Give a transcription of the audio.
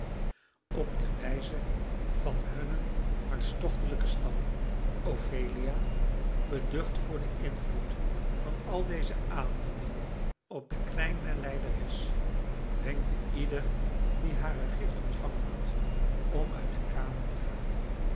op de wijze van hunnen hartstochtelijken stam ophelia beducht voor den invloed van al deze aandoeningen op de kleine lijderes wenkte ieder die hare gift ontvangen had om uit de kamer te gaan